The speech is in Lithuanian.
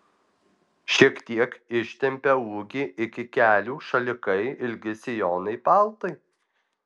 šiek tiek ištempia ūgį iki kelių šalikai ilgi sijonai paltai